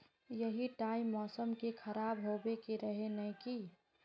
यही टाइम मौसम के खराब होबे के रहे नय की?